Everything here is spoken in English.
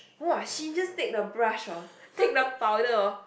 !wah! she just take the brush oh take the powder oh